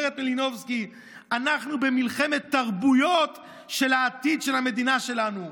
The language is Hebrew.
אומרת מלינובסקי: אנחנו במלחמת תרבויות של העתיד של המדינה שלנו.